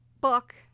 book